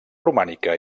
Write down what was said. romànica